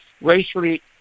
racially